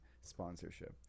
sponsorship